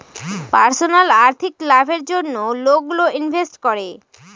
personal আর্থিক লাভের জন্য লোকগুলো ইনভেস্ট করে